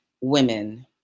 women